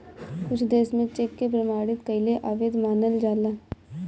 कुछ देस में चेक के प्रमाणित कईल अवैध मानल जाला